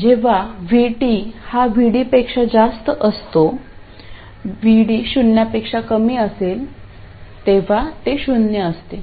जेव्हा Vt हा VD पेक्षा जास्त असतो VD शून्यापेक्षा कमी असेल तेव्हा ते शून्य असते